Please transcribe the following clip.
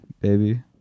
baby